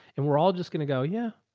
and we're all just going to go. yeah.